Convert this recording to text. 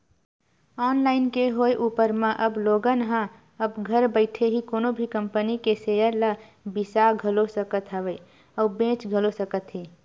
online के होय ऊपर म अब लोगन ह अब घर बइठे ही कोनो भी कंपनी के सेयर ल बिसा घलो सकत हवय अउ बेंच घलो सकत हे